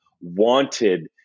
wanted